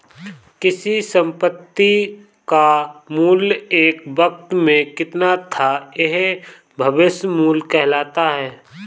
किसी संपत्ति का मूल्य एक वक़्त में कितना था यह भविष्य मूल्य कहलाता है